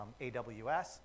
AWS